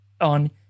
on